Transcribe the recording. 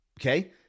Okay